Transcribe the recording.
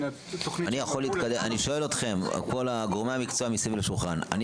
אני שואל את כל גורמי המקצוע סביב השולחן: אני